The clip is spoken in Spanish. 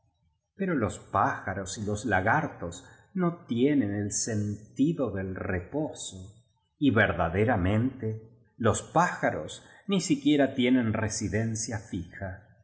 pero los pájaros y los la gartos no tienen el sentido del reposo y verdaderamente los pájaros ni siquiera tienen residencia fija